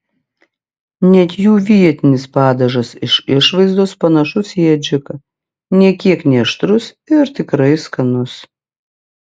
net jų vietinis padažas iš išvaizdos panašus į adžiką nė kiek neaštrus ir tikrai skanus